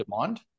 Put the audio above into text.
demand